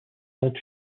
dont